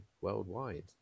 worldwide